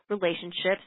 relationships